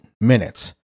minutes